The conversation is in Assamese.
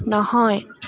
নহয়